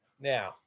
Now